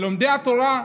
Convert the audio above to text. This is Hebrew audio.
לומדי התורה,